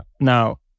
Now